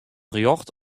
rjocht